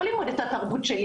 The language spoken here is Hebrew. לא ללמוד את התרבות שלי.